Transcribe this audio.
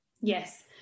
yes